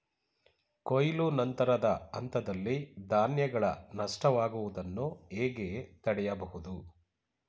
ಕೊಯ್ಲು ನಂತರದ ಹಂತದಲ್ಲಿ ಧಾನ್ಯಗಳ ನಷ್ಟವಾಗುವುದನ್ನು ಹೇಗೆ ತಡೆಯಬಹುದು?